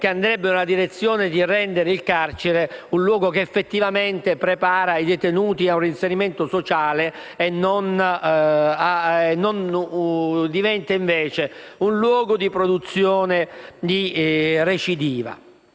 che andrebbero nella direzione di rendere il carcere un luogo che effettivamente prepara i detenuti ad un reinserimento sociale e non un luogo di produzione di recidiva.